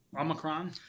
Omicron